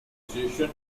association